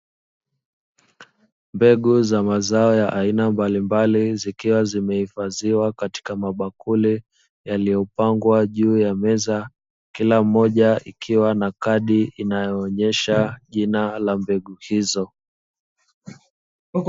Mbegu za mazao ya aina mbalimbali zikiwa zimehifadhiwa katika mabakuli yaliyopangwa juu ya meza, kila mmoja ikiwa na kadi inayoonyesha jina la mbegu hizo.